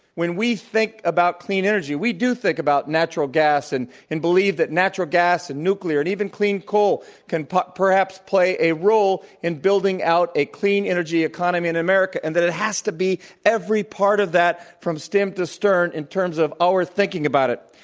when we think about clean energy, we do think about natural gas and believe that natural gas and nuclear and even clean coal can perhaps play a role in building out a clean energy economy in america and that it has to be every part of that, from stem to stern, in terms of our thinking about it.